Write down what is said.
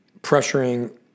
pressuring